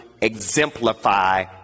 exemplify